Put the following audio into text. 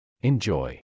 Enjoy